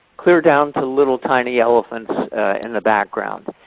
clear down to little tiny elephants in the background.